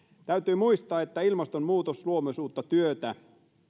täytyy muistaa että ilmastonmuutos luo myös uutta työtä